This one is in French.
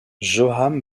johann